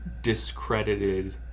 discredited